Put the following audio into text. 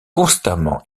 constamment